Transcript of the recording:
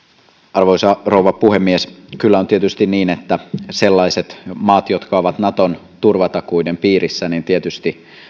arvoisa rouva puhemies kyllä on tietysti niin että sellaiset maat jotka ovat naton turvatakuiden piirissä